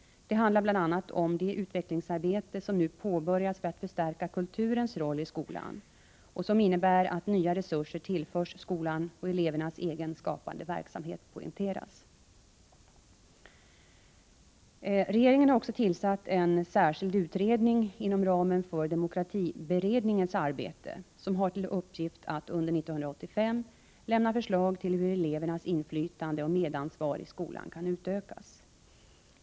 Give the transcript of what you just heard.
Det handlar bl.a. om det utvecklingsarbete som nu påbörjas för att förstärka kulturens roll i skolan och som innebär att nya resurser tillförs skolan och elevernas egen skapande verksamhet poängteras. Regeringen har också tillsatt en särskild utredning inom ramen för demokratiberedningens arbete, som har till uppgift att under 1985 lämna förslag till hur elevernas inflytande och medansvar i skolan kan utökas.